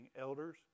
elders